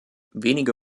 wenige